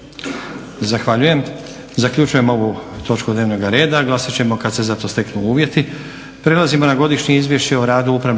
Zahvaljujem. Zaključujem ovu točku dnevnog reda. Glasat ćemo kad se za to steknu uvjeti.